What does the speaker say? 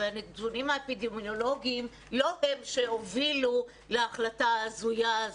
הרי הנתונים האפידמיולוגיים לא הם שהובילו להחלטה ההזויה הזאת.